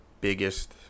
biggest